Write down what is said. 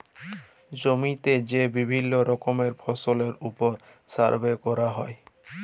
জমিতে যে বিভিল্য রকমের ফসলের ওপর সার্ভে ক্যরা হ্যয়